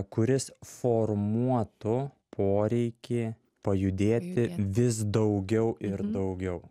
kuris formuotų poreikį pajudėti vis daugiau ir daugiau